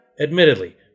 admittedly